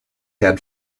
had